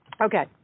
Okay